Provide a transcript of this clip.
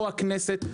או הכנסת,